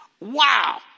Wow